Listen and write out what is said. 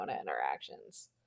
interactions